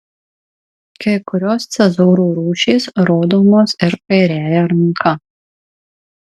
kai kurios cezūrų rūšys rodomos ir kairiąja ranka